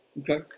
Okay